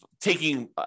taking